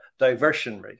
diversionary